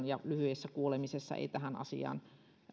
ja lyhyessä kuulemisessa ei tähän asiaan